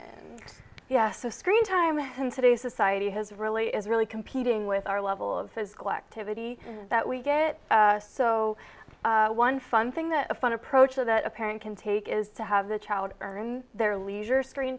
and yes the screen time in today's society has really is really competing with our level of his glock tippity that we get so one fun thing that a fun approach or that a parent can take is to have the child learn their leisure screen